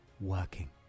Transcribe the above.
working